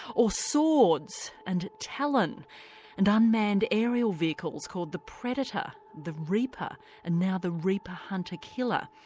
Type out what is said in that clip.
or swords and talon and unmanned aerial vehicles called the predator, the reaper and now the reaper hunter killer.